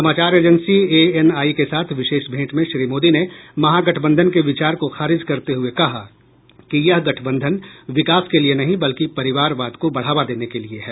समाचार agency ANI के साथ विशेष भेंट में श्री मोदी ने महागठबंधन के विचार को खारिज करते हये कहा कि यह गठबंधन विकास के लिये नहीं बल्कि परिवारवाद को बढ़ावा देने के लिये है